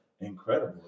Incredible